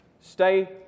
stay